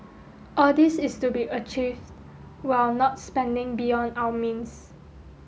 all this is to be achieved while not spending beyond our means